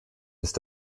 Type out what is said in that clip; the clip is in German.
ist